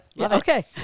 Okay